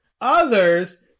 Others